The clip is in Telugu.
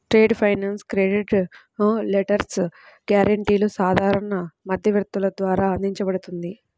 ట్రేడ్ ఫైనాన్స్ క్రెడిట్ లెటర్స్, గ్యారెంటీలు సాధారణ మధ్యవర్తుల ద్వారా అందించబడుతుంది